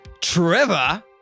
Trevor